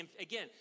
again